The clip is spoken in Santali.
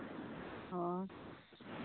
ᱚ